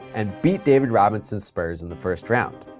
and beat david robinson's spurs in the first round.